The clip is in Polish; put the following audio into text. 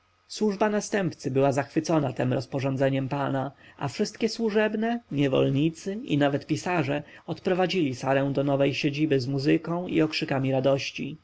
służba następcy była zachwycona tem rozporządzeniem pana a wszystkie służebne niewolnicy i nawet pisarze odprowadzili sarę do nowej siedziby z muzyką i okrzykami radości